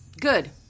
Good